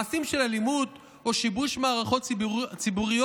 מעשים של אלימות או שיבוש מערכות ציבוריות